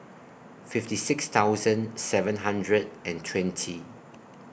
fifty six thousand seven hundred and twenty